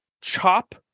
chop